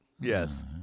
Yes